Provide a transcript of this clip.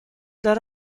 there